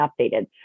updated